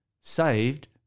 saved